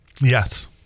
Yes